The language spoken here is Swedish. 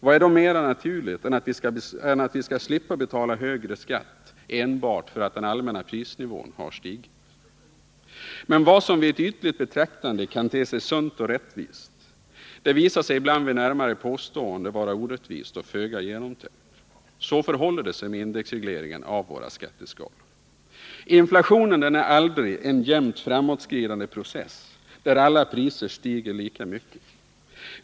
Vad är då mera naturligt än att vi skall slippa att betala högre skatt enbart för att den allmänna prisnivån stigit? Men vad som vid ett ytligt betraktande kan te sig sunt och rättvist kan ibland vid närmare påseende visa sig vara orättvist och föga genomtänkt. Så förhåller det sig med indexregleringen av våra skatteskalor. Inflation är aldrig en jämnt framåtskridande process, där alla priser stiger lika mycket.